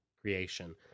creation